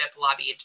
lobbied